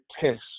test